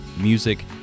music